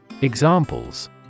Examples